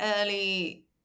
early